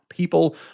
people